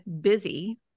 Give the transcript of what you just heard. busy